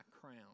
crown